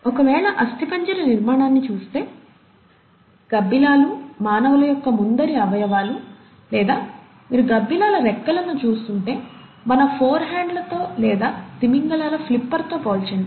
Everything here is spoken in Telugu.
ఒకవేళ అస్థిపంజర నిర్మాణాన్ని చూస్తే గబ్బిలాలు మానవుల యొక్క ముందరి అవయవాలు లేదా మీరు గబ్బిలాల రెక్కలను చూస్తుంటే మన ఫోర్హ్యాండ్లతో లేదా తిమింగలాల ఫ్లిప్పర్తో పోల్చండి